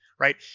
Right